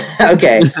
Okay